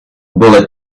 bullet